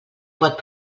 pot